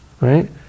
Right